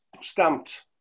stamped